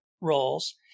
roles